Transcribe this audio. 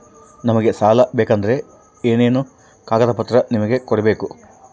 ನಮಗೆ ಸಾಲ ಬೇಕಂದ್ರೆ ಏನೇನು ಕಾಗದ ಪತ್ರ ನಿಮಗೆ ಕೊಡ್ಬೇಕು?